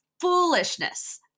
Foolishness